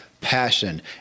passion